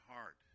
heart